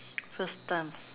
first time